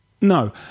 No